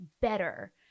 better –